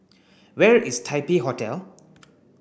where is Taipei Hotel